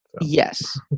Yes